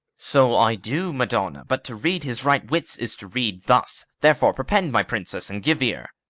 so i do, madonna but to read his right wits is to read thus therefore perpend, my princess, and give ear.